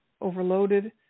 overloaded